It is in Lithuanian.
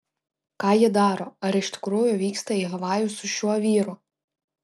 ką ji daro ar iš tikrųjų vyksta į havajus su šiuo vyru